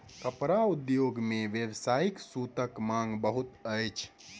कपड़ा उद्योग मे व्यावसायिक सूतक मांग बहुत अछि